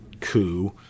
coup